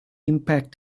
impact